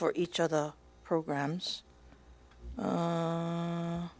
for each other programs